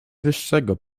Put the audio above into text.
wyższego